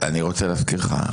רוצה להזכיר לך,